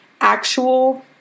actual